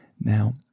Now